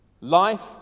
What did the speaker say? Life